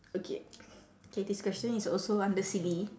okay K this question is also under silly